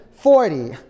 forty